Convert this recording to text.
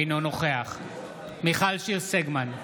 אינו נוכח מיכל שיר סגמן,